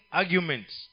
arguments